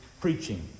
preaching